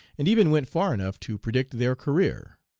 and even went far enough to predict their career.